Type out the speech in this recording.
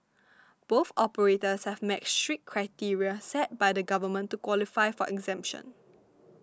both operators have met strict criteria set by the government to qualify for exemption